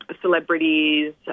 celebrities